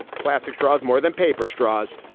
plastic straws more than paper straws.